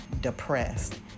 depressed